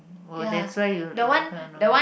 oh that's why you like her no